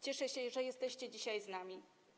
Cieszę się, że jesteście dzisiaj z nami.